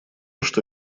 что